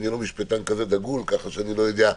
אני לא משפטן כזה דגול, ככה שאני לא יודע,